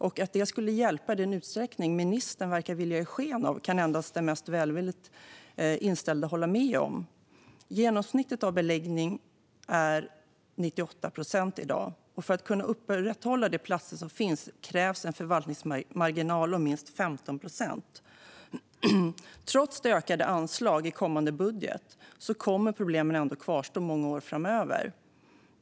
Att det här skulle hjälpa i den utsträckning ministern verkar vilja ge sken av kan endast den mest välvilligt inställde hålla med om. Den genomsnittliga beläggningen är i dag 98 procent. För att kunna upprätthålla de platser som finns krävs en förvaltningsmarginal om minst 15 procent. Trots ökade anslag i kommande budget kommer problemen ändå att kvarstå i många år framöver.